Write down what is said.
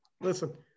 Listen